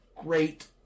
great